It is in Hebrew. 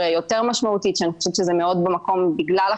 אני עוסק בזה לא מעט,